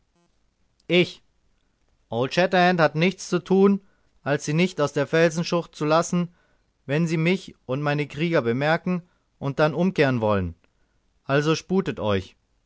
ich old shatterhand hat nichts zu tun als sie nicht aus der felsenschlucht zu lassen wenn sie mich und meine krieger bemerken und dann umkehren wollen aber sputet euch